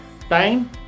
time